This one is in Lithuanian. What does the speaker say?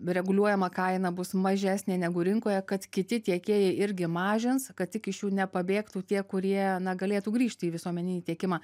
reguliuojama kaina bus mažesnė negu rinkoje kad kiti tiekėjai irgi mažins kad tik iš jų nepabėgtų tie kurie na galėtų grįžti į visuomeninį tiekimą